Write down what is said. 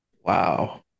wow